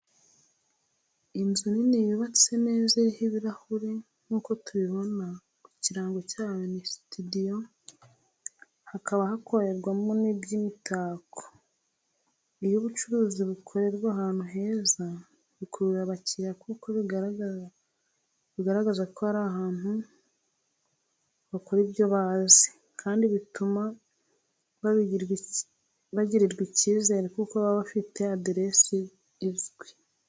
Inzu nini yubatse neza iriho ibirahure, nkuko tubibona ku kirango cyayo ni sitidiyo hakaba hakorerwamo n'iby'imitako. Iyo ubucuruzi bukorerwa ahantu heza bikurura abakiriya kuko bigaragaza ko ari abantu bakora ibyo bazi, kandi bituma bagirirwa ikizere kuko baba bafite aderese izwi.